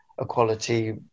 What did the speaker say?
equality